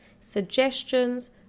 suggestions